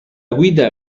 guida